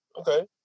Okay